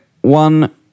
one